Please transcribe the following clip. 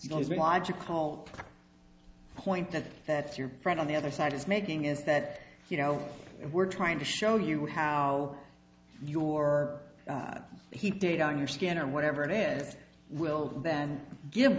logical point that that's your friend on the other side is making is that you know we're trying to show you how your heat date on your skin or whatever it is will then give